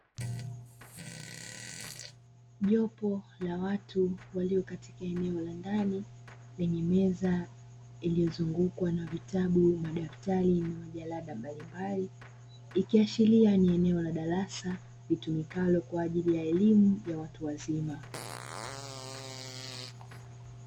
Jopo la watu walio katika eneo la ndani lenyemeza iliyozungukwa na vitabu madaftari na majalada mbalimbali ikiashiria ni eneo la darasa litumikalo kwa ajili ya elimu ya watu wazima.